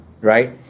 right